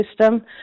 system